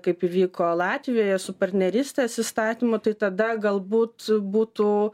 kaip įvyko latvijoje su partnerystės įstatymu tai tada galbūt būtų